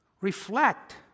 Reflect